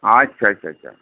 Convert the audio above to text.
ᱟᱪᱷᱟ ᱟᱪᱷᱟ ᱟᱪᱷᱟ